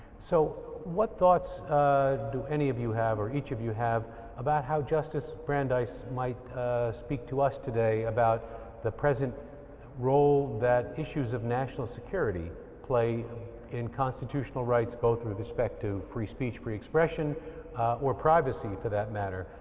so what thoughts do any of you have or each of you have about how justice brandeis might speak to us today about the present role that issues of national security play in constitutional rights both through respect to free speech free expression or privacy for that matter,